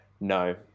No